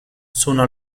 sono